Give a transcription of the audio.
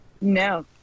No